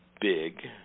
big